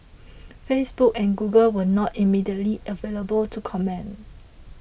Facebook and Google were not immediately available to comment